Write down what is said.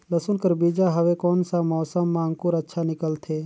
लसुन कर बीजा हवे कोन सा मौसम मां अंकुर अच्छा निकलथे?